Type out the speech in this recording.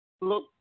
Look